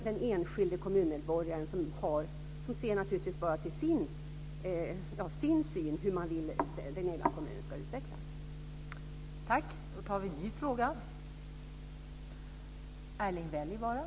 Den enskilde kommunmedborgaren ser naturligtvis bara till hur man vill att kommunen ska utvecklas.